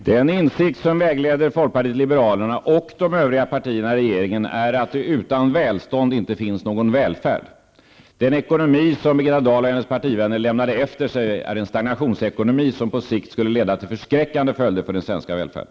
Herr talman! Den insikt som vägleder folkpartiet liberalerna och de övriga partierna i regeringen är att det utan välstånd inte finns någon välfärd. Den ekonomi som Birgitta Dahl och hennes partivänner lämnade efter sig är en stagnationsekonomi, som på sikt skulle få förskräckande följder för den svenska välfärden.